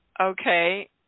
Okay